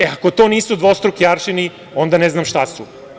E, ako to nisu dvostruki aršini, onda ne znam šta su.